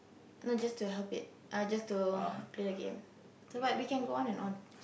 not just to help it uh just to play the game so what we can go on and on